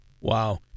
Wow